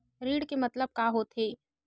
ऋण के मतलब का होथे?